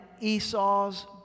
Esau's